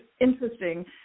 interesting